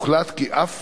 הוחלט כי אף